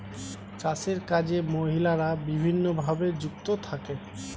চাষের কাজে মহিলারা বিভিন্নভাবে যুক্ত থাকে